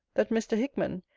that mr. hickman,